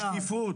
השקיפות.